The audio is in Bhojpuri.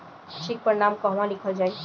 चेक पर नाम कहवा लिखल जाइ?